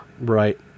right